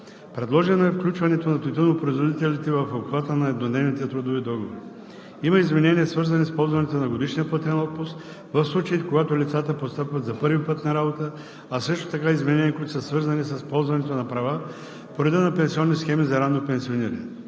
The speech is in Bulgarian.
Предложено е включването на тютюнопроизводителите в обхвата на еднодневните трудови договори. Има изменения, свързани с ползването на годишния платен отпуск в случаите, когато лицата постъпват за първи път на работа, а също така и изменения, които са свързани с ползването на права по реда на пенсионни схеми за ранно пенсиониране.